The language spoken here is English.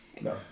No